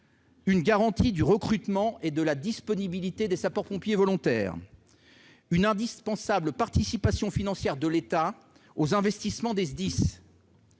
la garantie du recrutement et de la disponibilité des sapeurs-pompiers volontaires, l'indispensable participation financière de l'État aux investissements des